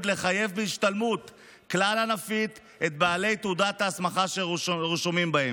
לחייב בהשתלמות כלל ענפית את בעלי תעודת ההסמכה שרשומים בהם.